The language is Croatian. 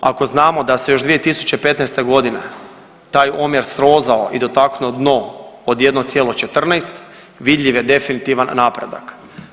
Ako znamo da se još 2015.g. taj omjer srozao i dotaknu dno od 1,14 vidljiv je definitivan napredak.